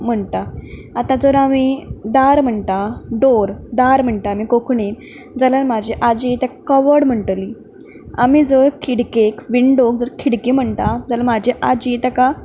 म्हणटा आतां जर आमी दार म्हणटा डोर दार म्हणटा आमी कोंकणीन जाल्यार म्हाजी आजी तेक् कवड म्हणटली आमी जर खिडकेक विंडोक जर खिडकी म्हणटा जाल्या म्हाजी आजी ताका